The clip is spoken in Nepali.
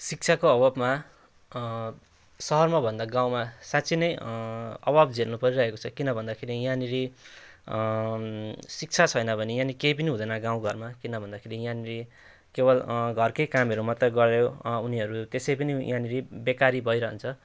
शिक्षाको अभावमा सहरमाभन्दा गाउँमा साँच्चै नै अभाव झेल्नु परिरहेको छ किन भन्दाखेरि यहाँनिर शिक्षा छैन भने यहाँनिर केही पनि हुँदैन गाउँघरमा किन भन्दाखेरि यहाँनिर केवल घरकै कामहरू मात्रै गर्यो उनीहरू त्यसै पनि यहाँनिर बेकारी भइरहन्छ